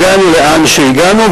הגענו לאן שהגענו,